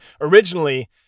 Originally